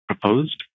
proposed